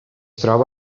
troba